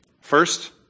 First